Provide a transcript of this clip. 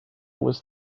was